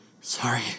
sorry